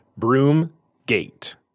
Broomgate